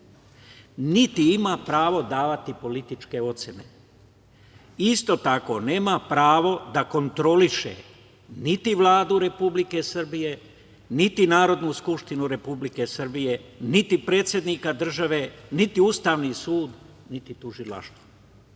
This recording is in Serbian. niti ima pravo davati političke ocene. Isto tako, nema pravo da kontroliše niti Vladu Republike Srbije, niti Narodnu skupštinu Republike Srbije, niti predsednika države, niti Ustavni sud, niti tužilaštvo. Kada